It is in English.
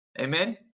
amen